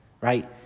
right